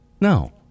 no